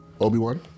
Obi-Wan